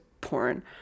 porn